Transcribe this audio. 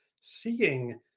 seeing